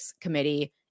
committee